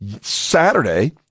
Saturday